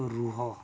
ରୁହ